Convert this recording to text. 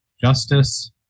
justice